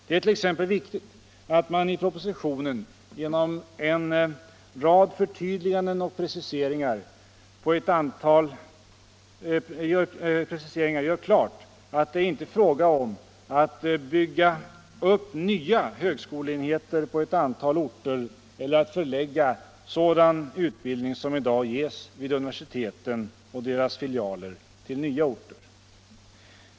Det är t.ex. viktigt att man i propositionen genom en rad förtydliganden och preciseringar gör klart att det inte är fråga om att bygga upp nya högskoleenheter på ett antal orter eller att förlägga sådan utbildning som i dag ges vid universiteten och deras filialer till nya orter.